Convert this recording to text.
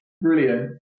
brilliant